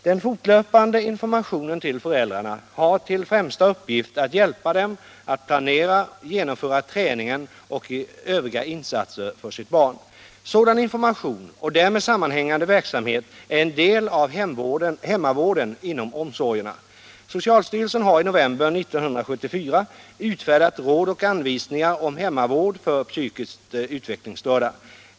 Den fortlöpande informationen till föräldrarna har till främsta uppgift att hjälpa dem att planera och genomföra träningen och övriga insatser för sitt barn. Sådan information och därmed sammanhängande verksamhet är en del av hemmavården inom omsorgerna. Socialstyrelsen har i november 1974 utfärdat råd och anvisningar om hemmavård för psykiskt utvecklingsstörda.